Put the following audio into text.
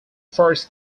first